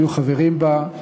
היו חברים בה: